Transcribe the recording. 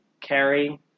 carry